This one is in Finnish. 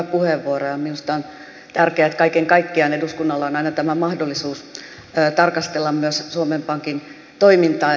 minusta on tärkeää että kaiken kaikkiaan eduskunnalla on aina tämä mahdollisuus tarkastella myös suomen pankin toimintaa